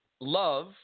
love